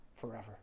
forever